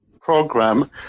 program